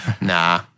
nah